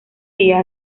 día